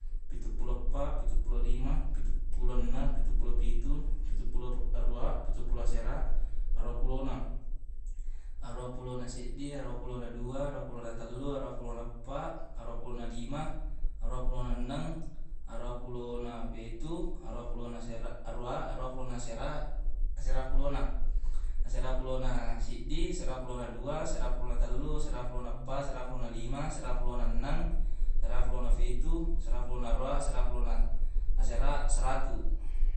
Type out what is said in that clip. Pituppulo eppa pituppulo lima pituppulo enneng pituppulo pitu pituppulo aruwa pituppulo asera aruwa fulona aruwa fulona seddi aruwa fulona dua aruwa fulona tellu aruwa fulona eppa aruwa fulona lima aruwa fulona enneng aruwa fulona fetu aruwa fulona asera- aruwa fulona aruwa aruwa fulona asera asera fulona asera fulona seddi asera fulona dua asera fulona tellu asera fulona eppa asera fulona lima asera fulona enneng asera fulona fetu asera fulona aruwa asera fulona asera seratu.